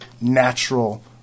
natural